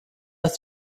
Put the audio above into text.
ist